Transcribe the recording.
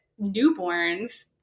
newborns